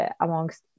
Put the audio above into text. amongst